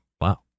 Wow